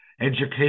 Education